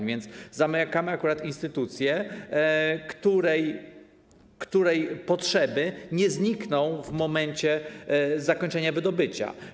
A więc zamykamy akurat tę instytucję, co do której potrzeby nie znikną w momencie zakończenia wydobycia.